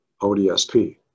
ODSP